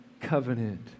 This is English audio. covenant